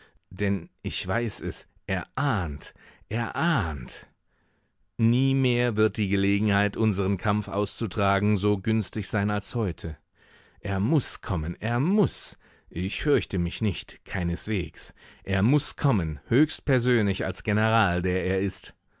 denn ich weiß es er ahnt er ahnt nie mehr wird die gelegenheit unseren kampf auszutragen so günstig sein als heute er muß kommen er muß ich fürchte mich nicht keineswegs er muß kommen höchstpersönlich als general der er ist